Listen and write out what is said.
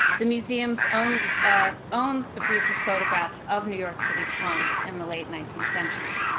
the museum's own ah owns the riis's photographs of new york city's slums in the late nineteenth century.